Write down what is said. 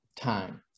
time